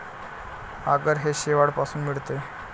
आगर हे शेवाळापासून मिळते